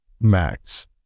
Max